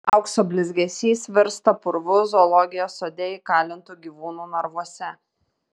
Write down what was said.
aukso blizgesys virsta purvu zoologijos sode įkalintų gyvūnų narvuose